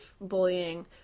bullying